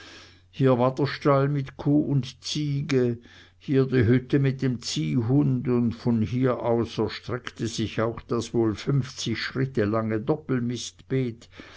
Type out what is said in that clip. hier war der stall mit kuh und ziege hier die hütte mit dem ziehhund und von hier aus erstreckte sich auch das wohl fünfzig schritte lange